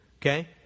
Okay